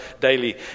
daily